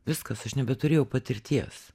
viskas aš nebeturėjau patirties